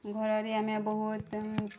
ଘରରେ ଆମେ ବହୁତ୍